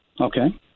Okay